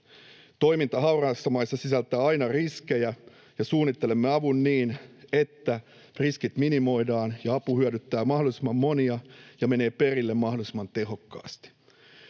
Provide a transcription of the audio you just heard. Toiminta hauraissa maissa sisältää aina riskejä, ja suunnittelemme avun niin, että riskit minimoidaan ja apu hyödyttää mahdollisimman monia ja menee perille mahdollisimman tehokkaasti.